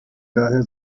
daher